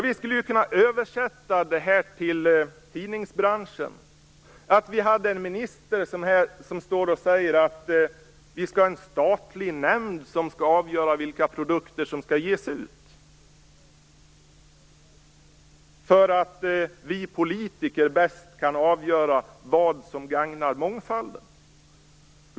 Vi skulle kunna översätta detta till tidningsbranschen: En minister som sade att vi skall ha en statlig nämnd som skall avgöra vilka produkter som skall ges ut för att det är vi politiker som bäst kan avgöra vad som gagnar mångfalden.